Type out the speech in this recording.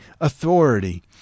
authority